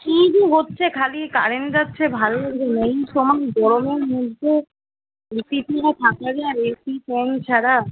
কী যে হচ্ছে খালি কারেন্ট যাচ্ছে ভালো লাগে না এই সময় গরমের মধ্যে এসি ছাড়া থাকা যায় এসি ফ্যান ছাড়া